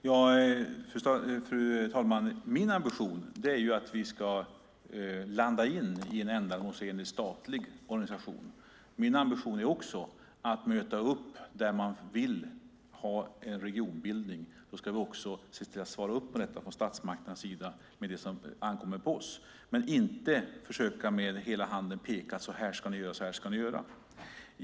Fru talman! Min ambition är att vi ska landa i en ändamålsenlig statlig organisation. Min ambition är också att möta upp där man vill ha en regionbildning. Då ska vi se till att svara upp mot detta från statsmakternas sida med det som ankommer på oss. Vi ska inte peka med hela handen.